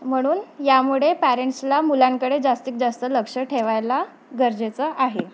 म्हणून यामुळे पॅरेंट्सला मुलांकडे जास्तीत जास्त लक्ष ठेवायला गरजेचं आहे